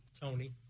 Tony